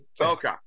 Okay